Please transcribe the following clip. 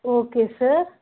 okay sir